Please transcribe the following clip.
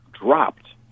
dropped